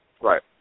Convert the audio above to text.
Right